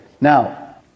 Now